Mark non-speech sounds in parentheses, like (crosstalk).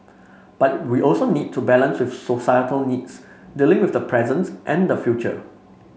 but we (unintelligible) also need to balance with societal needs dealing with the present and the future